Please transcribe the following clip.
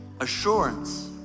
assurance